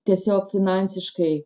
tiesiog finansiškai